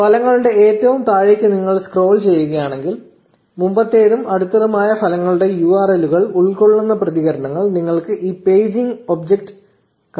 ഫലങ്ങളുടെ ഏറ്റവും താഴേക്ക് നിങ്ങൾ സ്ക്രോൾ ചെയ്യുകയാണെങ്കിൽ മുമ്പത്തേതും അടുത്തതുമായ ഫലങ്ങളുടെ URL കൾ ഉൾക്കൊള്ളുന്ന പ്രതികരണത്തിൽ നിങ്ങൾക്ക് ഈ പേജിംഗ് ഒബ്ജക്റ്റ് കാണാൻ കഴിയും